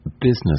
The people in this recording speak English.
business